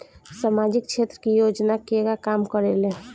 सामाजिक क्षेत्र की योजनाएं केगा काम करेले?